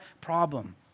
problem